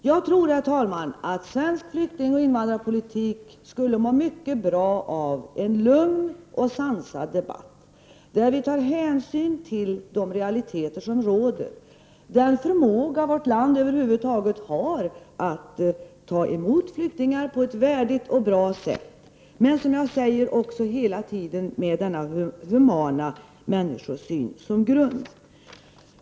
Jag tror, herr talman, att svensk flyktingoch invandrarpolitik skulle må mycket bra av en lugn och sansad debatt, där vi tar hänsyn till de realiteter som råder, den förmåga vårt land över huvud taget har att ta emot flyktingar på ett värdigt och bra sätt, men, som jag hela tiden också säger, med denna humana människosyn som grund.